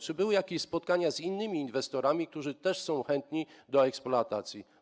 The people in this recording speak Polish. Czy były jakieś spotkania z innymi inwestorami, którzy też są chętni do eksploatacji?